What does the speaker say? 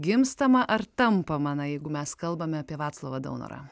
gimstama ar tampama na jeigu mes kalbame apie vaclovą daunorą